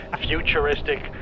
futuristic